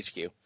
HQ